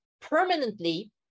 permanently